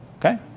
okay